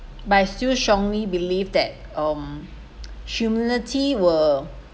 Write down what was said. but I still strongly believe that um humility will